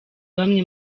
bamwe